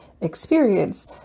experience